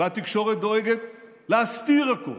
והתקשורת דואגת להסתיר הכול.